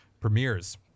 premieres